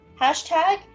hashtag